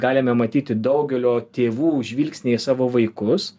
galime matyti daugelio tėvų žvilgsny į savo vaikus